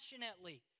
passionately